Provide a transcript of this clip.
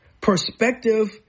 perspective